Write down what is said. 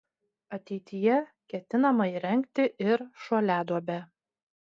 ateityje ketinama įrengti ir šuoliaduobę